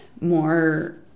more